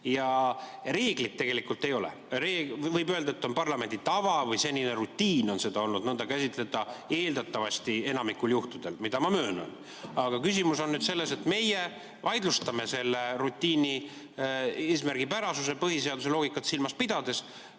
Ja reeglit tegelikult ei ole. Võib öelda, et parlamendi tava või senine rutiin on olnud selline, et nõnda on seda käsitletud eeldatavasti, enamikul juhtudel. Seda ma möönan. Aga küsimus on nüüd selles, et meie vaidlustame selle rutiini eesmärgipärasuse põhiseaduse loogikat silmas pidades.